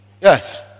Yes